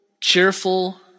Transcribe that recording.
cheerful